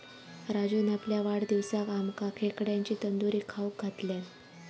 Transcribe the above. राजून आपल्या वाढदिवसाक आमका खेकड्यांची तंदूरी खाऊक घातल्यान